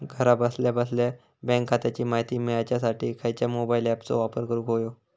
घरा बसल्या बसल्या बँक खात्याची माहिती मिळाच्यासाठी खायच्या मोबाईल ॲपाचो वापर करूक होयो?